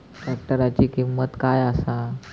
ट्रॅक्टराची किंमत काय आसा?